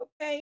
Okay